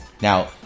Now